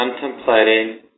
contemplating